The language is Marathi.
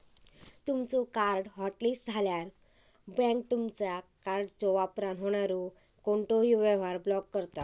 तुमचो कार्ड हॉटलिस्ट झाल्यावर, बँक तुमचा कार्डच्यो वापरान होणारो कोणतोही व्यवहार ब्लॉक करता